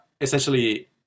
essentially